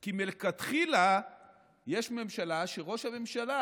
כי מלכתחילה יש ממשלה שראש הממשלה